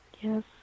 Yes